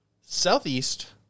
southeast